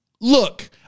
Look